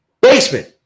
basement